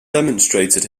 demonstrated